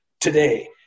today